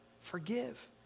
Forgive